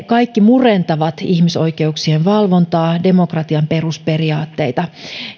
kaikki murentavat ihmisoikeuksien valvontaa demokratian perusperiaatteita